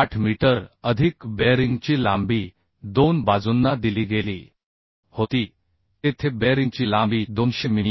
8 metre अधिक बेअरिंगची लांबी 2 बाजूंना दिली गेली होती तेथे बेअरिंगची लांबी 200 मिमी आहे